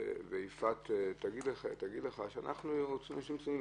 ויפעת רווה תגיד לך שאנחנו אנשים צנועים,